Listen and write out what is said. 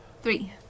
Three